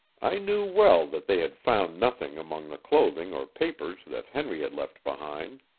i knew well that they had found nothing among the clothing or papers that henry had left behind.